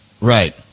Right